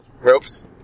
ropes